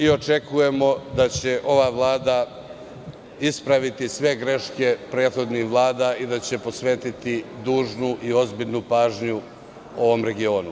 Očekujemo da će ova vlada ispraviti sve greške prethodnih vlada i da će posvetiti dužnu i ozbiljnu pažnju o ovom regionu.